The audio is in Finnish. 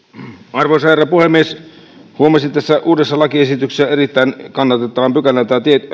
arvoisa herra puhemies huomasin tässä uudessa lakiesityksessä erittäin kannatettavan pykälän